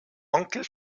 onkel